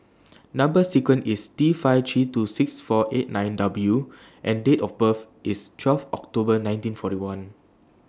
Number sequence IS T five three two six four eight nine W and Date of birth IS twelfth October nineteen forty one